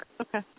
Okay